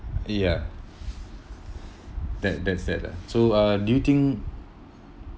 ya that that's sad lah so uh do you think